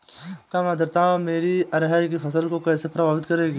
कम आर्द्रता मेरी अरहर की फसल को कैसे प्रभावित करेगी?